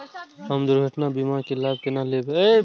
हम दुर्घटना के बीमा के लाभ केना लैब?